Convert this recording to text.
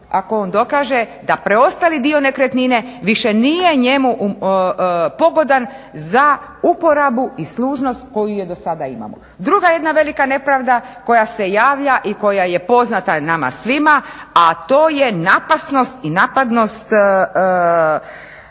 ako on dokaže da preostali dio nekretnine više nije njemu pogodan za uporabu i služnost koju je dosada imao. Druga jedna velika nepravda koja se javlja i koja je poznata nama svima, a to je napasnost i napadnost